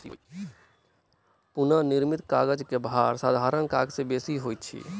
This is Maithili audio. पुनःनिर्मित कागजक भार साधारण कागज से बेसी होइत अछि